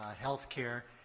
health care.